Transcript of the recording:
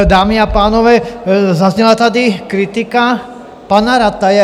Dámy a pánové, zazněla tady kritika pana Rataje.